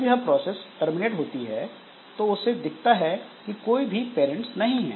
जब यह process terminate होती है तो उसे दिखता है कि कोई भी पेरेंट्स नहीं है